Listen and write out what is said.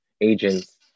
agents